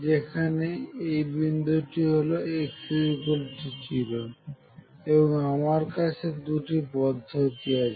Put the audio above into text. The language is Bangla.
যেখানে এই বিন্দুটি হল x0 এবং আমার কাছে দুটি পদ্ধতি আছে